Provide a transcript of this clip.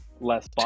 less